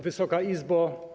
Wysoka Izbo!